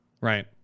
Right